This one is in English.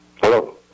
Hello